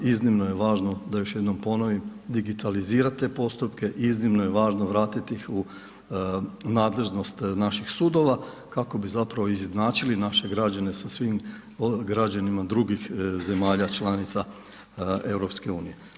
Iznimno je važno, da još jednom ponovim digitalizirat te postupke, iznimno je važno vratiti ih u nadležnost naših sudova kako bi zapravo izjednačili naše građane sa svim građanima drugih zemalja članica EU.